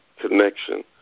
connection